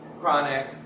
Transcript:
chronic